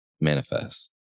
manifest